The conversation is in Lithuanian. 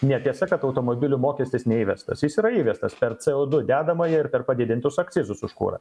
netiesa kad automobilių mokestis neįvestas jis yra įvestas per co du dedamąjį ir per padidintus akcizus už kurą